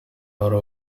wari